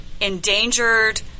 endangered